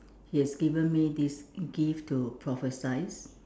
he has given me this gift to prophecise